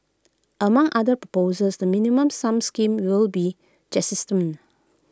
among other proposals the minimum sum scheme will be jettisoned